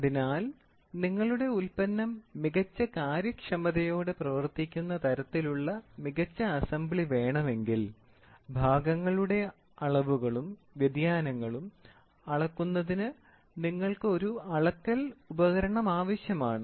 അതിനാൽ നിങ്ങളുടെ ഉൽപ്പന്നം മികച്ച കാര്യക്ഷമതയോടെ പ്രവർത്തിക്കുന്ന തരത്തിലുള്ള മികച്ച അസംബ്ലി വേണമെങ്കിൽ ഭാഗങ്ങളുടെ അളവുകളും വ്യതിയാനങ്ങളും അളക്കുന്നതിന് നിങ്ങൾക്ക് ഒരു അളക്കൽ ഉപകരണം ആവശ്യമാണ്